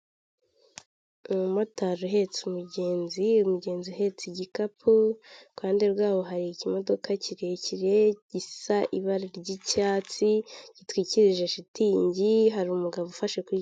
Umumotari uhetse umugenzi, umugenzi ahetse igikapu, iruhande rwaho hari ikimodoka kirekire gisa ibara ry'icyatsi, gitwikirije shitingi hari umugabo ufashe kwi.